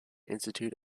institute